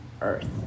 earth